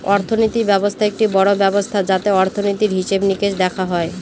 অর্থনীতি ব্যবস্থা একটি বড়ো ব্যবস্থা যাতে অর্থনীতির, হিসেবে নিকেশ দেখা হয়